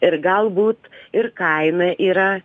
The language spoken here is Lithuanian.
ir galbūt ir kaina yra